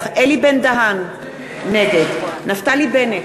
אלי בן-דהן, נגד נפתלי בנט,